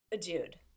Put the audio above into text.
dude